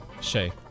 Shay